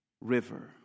River